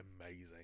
amazing